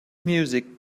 music